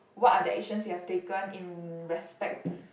what are the actions you have taken in respect